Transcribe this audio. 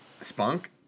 Spunk